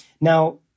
now